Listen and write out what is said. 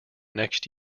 next